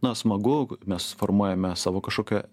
na smagu mes formuojame savo kažkokią